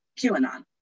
QAnon